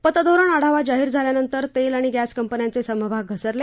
पतधोरण आढावा जाहीर झाल्यानंतर तेल आणि गॅस कंपन्याचे समभाग घसरते